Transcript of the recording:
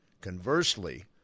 Conversely